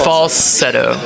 Falsetto